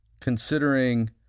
considering